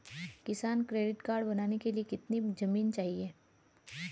किसान credit card बनाने के लिए कितनी जमीन चाहिए?